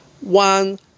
one